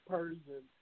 Persian